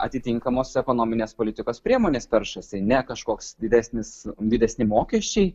atitinkamos ekonominės politikos priemonės peršasi ne kažkoks didesnis didesni mokesčiai